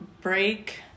break